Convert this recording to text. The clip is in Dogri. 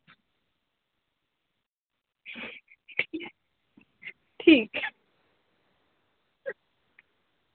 ठीक ऐ